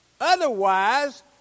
Otherwise